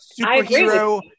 superhero